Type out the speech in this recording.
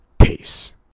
Peace